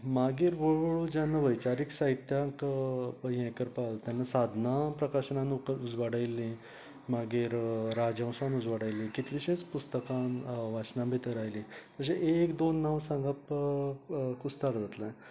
मागीर हळू हळू जेन्ना वैचारीक साहित्याक हे करपाक तेन्ना साधना प्रकाशनान उजवाडायल्ले मागीर राजहंसान उजवाडायल्ली कितलीशींच पुस्तकां वाचना भितर आयली तशे एक दोन नावां सांगप कुस्तार जातले